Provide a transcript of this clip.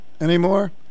anymore